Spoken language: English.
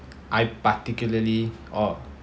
I particularly or